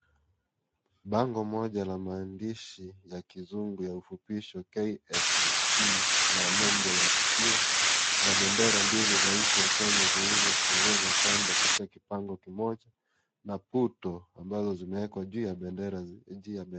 Bango moja la maandishi ya kizungu ya ufupisho 'KSDC' na nembo ya sikio na bendera mbili za nchi ya Kenya zilizosogezwa kando katika kipando kimoja na buto ambazo zimewekwa juu ya bendera ya nchi ya Kenya.